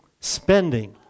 Spending